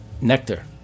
nectar